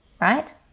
right